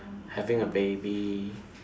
having a baby